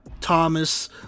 Thomas